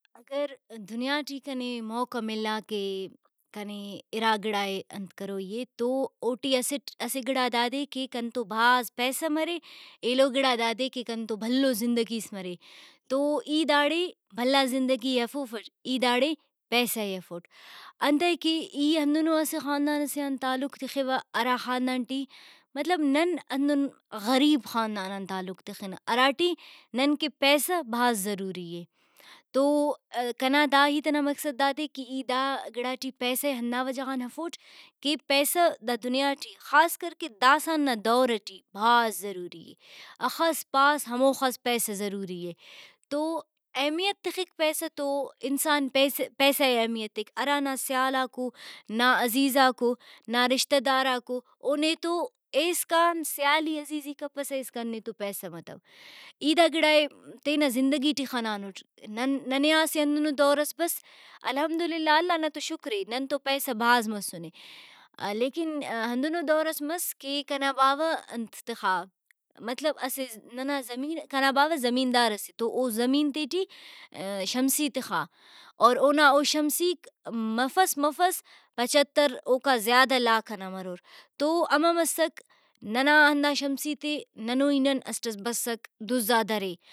اگر دنیا ٹی کنے موقع ملا کہ کنے اِرا گڑائے انت کروئی اے تو اوٹی اسٹ اسہ گڑا دادے کنتو بھاز پیسہ مرے ایلو گڑا دادے کہ کنتو بھلو زندگیس مرے تو ای داڑے بھلا زندگی ئے ہرفوفٹ ای داڑے پیسہ ئے ہرفوٹ انتئے کہ ای ہندنو اسہ خاندان سے آن تعلق تخوہ ہرا خاندان ٹی مطلب نن ہندن غریب خاندان آن تعلق تخنہ ہراٹی نن کہ پیسہ بھاز ضروری اے تو کنے دا ہیت ئنا مقصد دادے کہ ای دا گڑا ٹی پیسہ ئے ہندا وجہ غان ہرفوٹ کہ پیسہ دا دنیا ٹی خاصکر کہ داسہ نا دور ٹی بھاز ضروری اے ہخس پاس ہموخہ پیسہ ضروری اے۔ تو اہمیت تخک پیسہ تو انسان پیسہ پیسہ ئے اہمیت تیک ہرانا سیالاکو نا عزیزاکو نا رشتہ داراکو او نیتون ایسکان سیالی عزیزی کپسہ ایسکان نیتو پیسہ متو ای دا گڑائے تینا زندگی ٹی خنانٹ نن ننے آ اسہ ہندنو دور ئس بس الحمد للہ اللہ نا تو شکرے نن تو پیسہ بھاز مسنے لیکن ہندنو دور ئس مس کہ کنا باوہ انت تخا مطلب اسہ ننا زمین کنا زمیندارسے تو او زمین تے ٹی شمسی تخااور اونا اوشمسیک مفس مفس پچھتر اوکا زیادہ لاکھ ئنا مرور۔ تو ہمہ مسک ننا ہندا شمسی تے ننوئی نن اسٹ ئس بسک دُزا درے